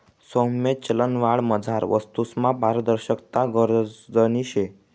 सौम्य चलनवाढमझार वस्तूसमा पारदर्शकता गरजनी शे